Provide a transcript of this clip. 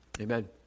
Amen